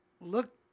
look